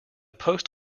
post